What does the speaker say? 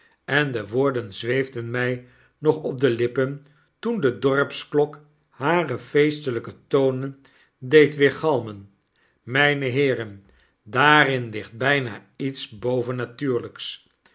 en de woorden zweefden my nog op de lippen toen de dorpsklok hare feestelyke tonen deed weergalmen myne heeren daarin ligt bpa iets bovennatuurlyks